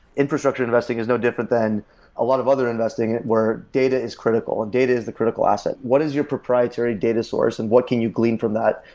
infrastructure investing is no different than a lot of other investing investing where data is critical, and data is the critical asset. what is your proprietary data source and what can you glean from that,